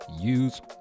use